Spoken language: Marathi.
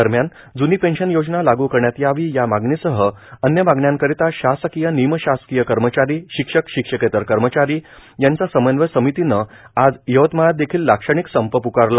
दरम्यान जुनी पेन्शन योजना लागू करण्यात यावी या मागणीसह अन्य मागण्यांकरिता शासकीय निमशासकीय कर्मचारीए शिक्षक शिक्षकेतर कर्मचारी यांच्या समन्वय समितीनं आज यवतमाळात देखील लाक्षणिक संप प्कारला